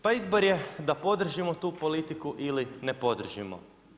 Pa izbor je da podržimo tu politiku ili ne podržimo.